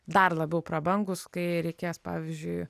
dar labiau prabangūs kai reikės pavyzdžiui